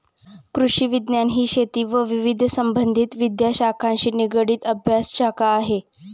कृषिविज्ञान ही शेती व विविध संबंधित विद्याशाखांशी निगडित अभ्यासशाखा आहे